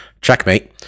checkmate